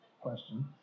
Question